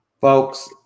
folks